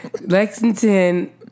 Lexington